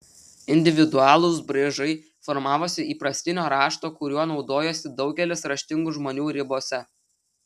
individualūs braižai formavosi įprastinio rašto kuriuo naudojosi daugelis raštingų žmonių ribose